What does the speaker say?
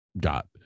got